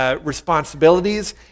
responsibilities